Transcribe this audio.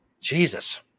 Jesus